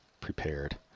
prepared